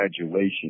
graduation